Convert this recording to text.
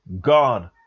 God